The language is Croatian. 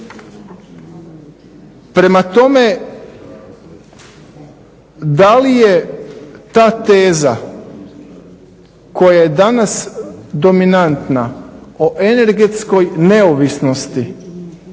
Prema tome, da li je ta teza koja je danas dominantna o energetskoj neovisnosti